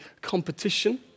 competition